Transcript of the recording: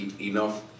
enough